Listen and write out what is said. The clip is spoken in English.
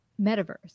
metaverse